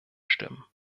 stimmen